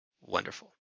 Wonderful